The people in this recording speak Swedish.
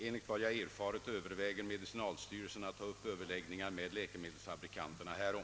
Enligt vad jag erfarit överväger medicinalstyrelsen att ta upp överläggningar med läkemedelsfabrikanterna härom.